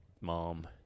mom